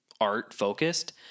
art-focused